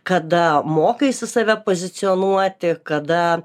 kada mokaisi save pozicionuoti kada